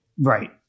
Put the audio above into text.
Right